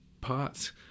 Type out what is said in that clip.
parts